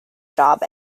job